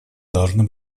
должны